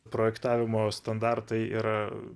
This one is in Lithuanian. projektavimo standartai yra